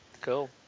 Cool